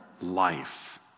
life